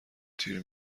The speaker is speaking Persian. تیر